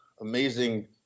amazing